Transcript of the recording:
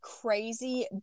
crazy